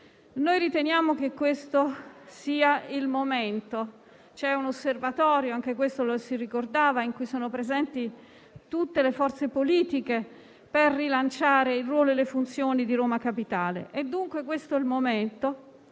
Riteniamo che questo sia il momento. C'è un osservatorio - anche questo lo si ricordava - in cui sono presenti tutte le forze politiche per rilanciare il ruolo e le funzioni di Roma Capitale. È, dunque, questo il momento.